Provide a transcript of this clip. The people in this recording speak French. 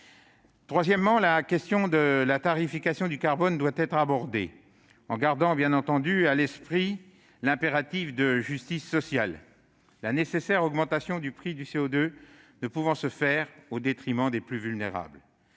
Troisièmement, la question de la tarification du carbone doit être abordée en gardant à l'esprit l'impératif de justice sociale, la nécessaire augmentation du prix du CO2 ne pouvant se faire au détriment des plus vulnérables.